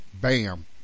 Bam